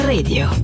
Radio